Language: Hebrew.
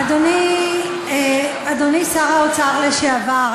אדוני שר האוצר לשעבר,